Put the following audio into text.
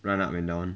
run up and down